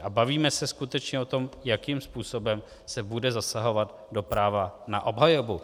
A bavíme se skutečně o tom, jakým způsobem se bude zasahovat do práva na obhajobu.